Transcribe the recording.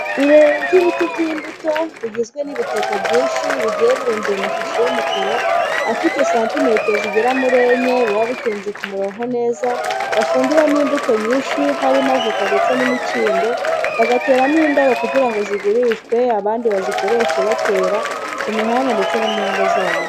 Irerero ry'ibiti by'imbuto bigizwe n'ibitaka byinshi, bigiye birunze mu mashashi y'umukara, afite santimetero zigera muri enye, biba bitenze ku murongo neza, bafumbiramo imbuto nyinshi. Harimo avoka ndetse n'imikindo, bagateramo indabo kugira ngo zigurishwe, abandi bazikoreshe batera ku mihanda ndetse no mu ngo zabo.